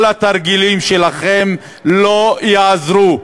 כל התרגילים שלכם לא יעזרו.